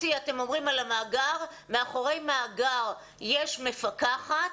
מאחורי מאגר יש מפקחת.